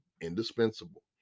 indispensable